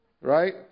Right